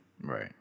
Right